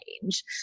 change